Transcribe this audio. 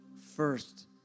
First